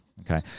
okay